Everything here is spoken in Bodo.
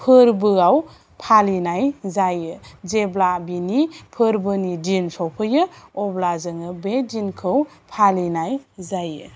फोरबोआव फालिनाय जायो जेब्ला बिनि फोरबोनि दिन सफैयो अब्ला जोङो बे दिनखौ फालिनाय जायो